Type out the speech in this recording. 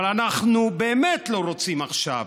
אבל אנחנו באמת לא רוצים עכשיו.